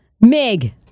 Mig